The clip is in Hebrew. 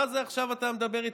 מה זה עכשיו אתה מדבר איתי,